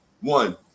One